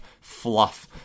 fluff